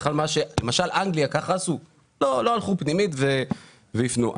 למשל, אנגליה לא הלכו פנימית וככה עשו.